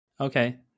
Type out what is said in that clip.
Okay